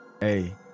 Hey